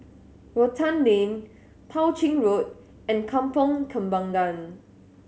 Rotan Lane Tao Ching Road and Kampong Kembangan